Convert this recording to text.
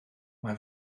mae